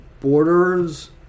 borders